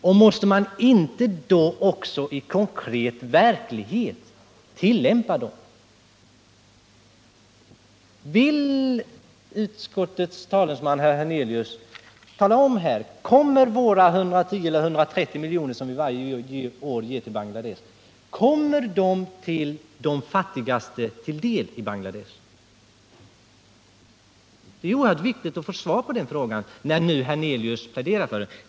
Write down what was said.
Och måste man inte då också i en konkret verklighet tillämpa dem? Vill utskottets talesman herr Hernelius ge besked: Kommer våra 110 eller 130 milj.kr., som vi varje år ger till Bangladesh, de fattigaste i landet till del? Det är oerhört viktigt att få ett svar på den frågan, när nu herr Hernelius tar upp detta.